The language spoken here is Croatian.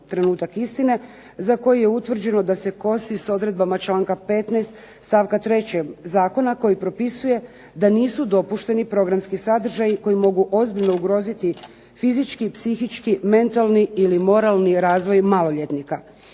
"Trenutak istine" za koji je utvrđeno da se kosi s odredbama članka 15. stavka 3. zakona koji propisuje da nisu dopušteni programski sadržaji koji mogu ozbiljno ugroziti fizički, psihički, mentalni ili moralni razvoj maloljetnika.